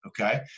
Okay